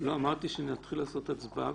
לא צריך לחזור על דברים,